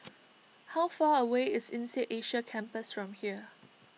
how far away is Insead Asia Campus from here